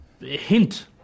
hint